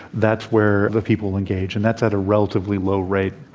that's where the people engage, and that's at a relatively low rate.